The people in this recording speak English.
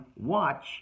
watch